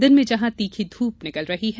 दिन में जहां तीखी धूप निकल रही है